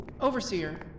Overseer